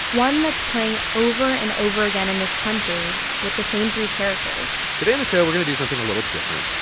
one that's playing over and over again in this country with the same three characters today the show, we're going to do something a little different.